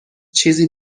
چیزی